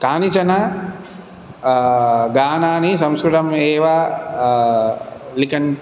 कानिचन गानानि संस्कृतं एव लिकन्